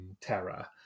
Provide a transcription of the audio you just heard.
terror